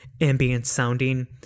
ambient-sounding